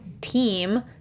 team